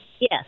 Yes